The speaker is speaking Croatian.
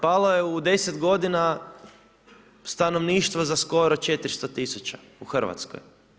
Palo je u 10 godina stanovništva za skoro 400 000 u Hrvatskoj.